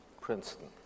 Princeton